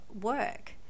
work